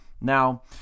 Now